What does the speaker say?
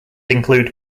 include